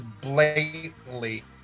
blatantly